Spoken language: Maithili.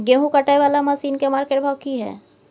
गेहूं काटय वाला मसीन के मार्केट भाव की हय?